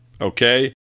Okay